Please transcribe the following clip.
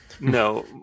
No